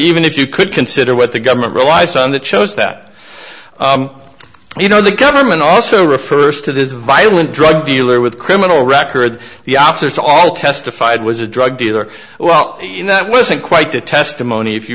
even if you could consider what the government relies on that shows that you know the government also refers to this violent drug dealer with criminal records the officers all testified was a drug dealer well you know that wasn't quite the testimony if you